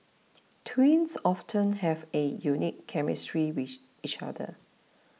twins often have a unique chemistry with each other